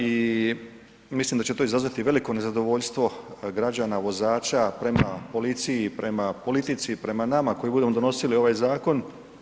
I mislim da će to izazvati veliko nezadovoljstvo građana vozača prema policiji, prema politici i prema nama koji budemo donosili ovaj zakon.